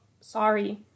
Sorry